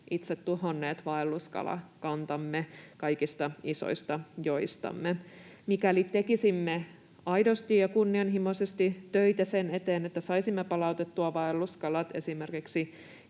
itse tuhonneet vaelluskalakantamme kaikista isoista joistamme. Mikäli tekisimme aidosti ja kunnianhimoisesti töitä sen eteen, että saisimme palautettua vaelluskalat esimerkiksi